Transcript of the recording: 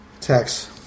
text